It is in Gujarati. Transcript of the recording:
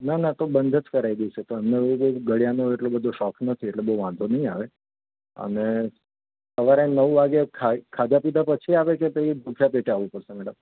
ના ના તો બંધ જ કરાવી દઈશ એ તો એમને એવું ગાળ્યાનો એટલો બધો શોખ નથી એટલે બહુ વાંધો નહીં આવે અને સવારે નવ વાગ્યે ખાઈ ખાધા પીધા પછી આવે કે પછી ભૂખ્યાં પેટે આવવું પડશે મેડમ